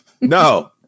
no